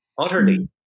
utterly